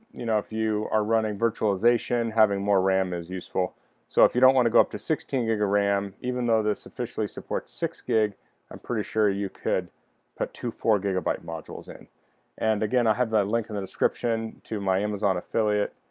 you know, if you are running virtualization having more ram as useful so if you don't want to go up to sixteen gig of ram even though this officially supports six gig i'm pretty sure you could put to four gigabyte modules in and again i have that link in the description to my amazon affiliate